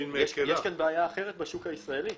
יש כאן בעיה אחרת בשוק הישראלי,